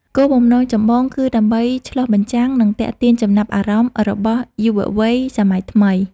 គោលបំណងចម្បងគឺដើម្បី ឆ្លុះបញ្ចាំង និង ទាក់ទាញ ចំណាប់អារម្មណ៍របស់យុវវ័យសម័យថ្មី។